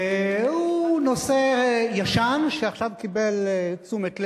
הוא נושא ישן שעכשיו קיבל תשומת לב.